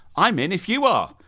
i'm in if you are.